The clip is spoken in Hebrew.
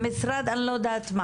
במשרד אני לא יודעת.